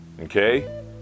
okay